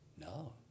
no